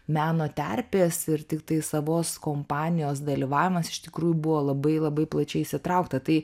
meno terpės ir tiktai savos kompanijos dalyvavimas iš tikrųjų buvo labai labai plačiai įsitraukta tai